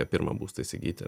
pirmą būstą įsigyti